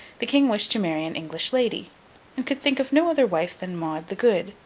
the king wished to marry an english lady and could think of no other wife than maud the good,